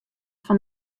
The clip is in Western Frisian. fan